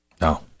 No